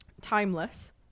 timeless